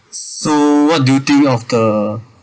so what do you think of the